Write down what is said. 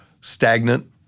stagnant